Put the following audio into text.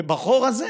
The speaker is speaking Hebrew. ובחור הזה